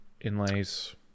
inlays